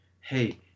hey